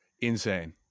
Insane